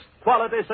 quality